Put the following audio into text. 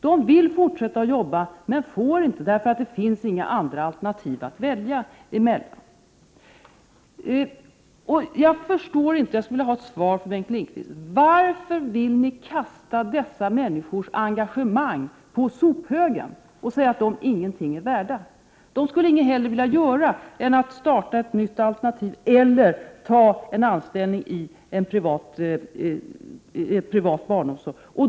De vill fortsätta att jobba men får inte, eftersom det inte finns några andra alternativ att välja emellan. Jag skulle vilja få ett svar från Bengt Lindqvist på frågan: Varför vill ni kasta dessa människors engagemang på sophögen och säga att de ingenting är värda? De skulle inget hellre vilja göra än att starta ett nytt alternativ eller ta anställning i privat barnomsorg.